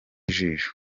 jisho